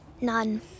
none